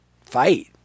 fight